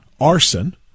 arson